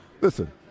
listen